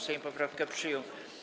Sejm poprawkę przyjął.